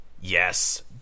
Yes